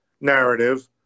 narrative